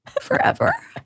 forever